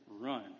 run